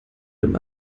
dem